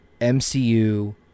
MCU